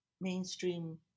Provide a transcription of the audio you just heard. mainstream